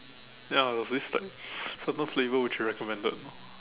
ya it was this like certain flavour which he recommended